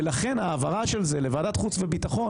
ולכן, העברה של זה לוועדת חוץ וביטחון